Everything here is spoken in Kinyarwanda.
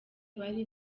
bari